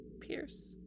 Pierce